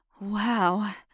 Wow